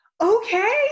okay